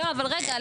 רגע,